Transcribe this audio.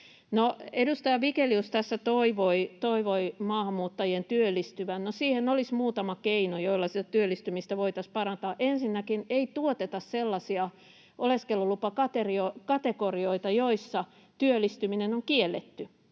edustaja Vigelius tässä toivoi maahanmuuttajien työllistyvän. Siihen olisi muutama keino, joilla sitä työllistymistä voitaisiin parantaa: Ensinnäkin ei tuoteta sellaisia oleskelulupakategorioita, joissa työllistyminen on kielletty.